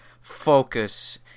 focus